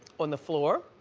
on the floor?